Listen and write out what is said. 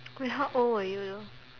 Gwen how old were you though